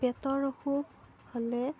পেটৰ অসুখ হ'লে